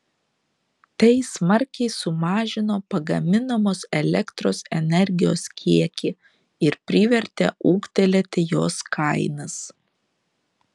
tai smarkiai sumažino pagaminamos elektros energijos kiekį ir privertė ūgtelėti jos kainas